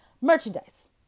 merchandise